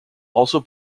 also